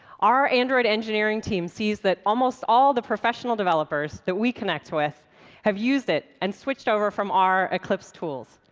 our android engineering team sees that almost all the professional developers that we connect with have used it and switched over from our eclipse tools.